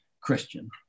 Christian